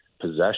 possession